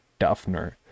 Duffner